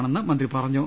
മാണെന്ന് മന്ത്രി പറഞ്ഞു